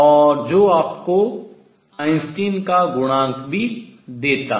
और जो आपको आइंस्टीन का गुणांक भी देता है